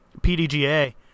PDGA